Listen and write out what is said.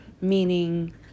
Meaning